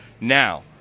Now